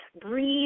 Breathe